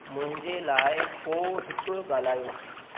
मुंहिंजे लाइ को हिकु ॻाल्हायो